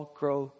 grow